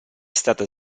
stata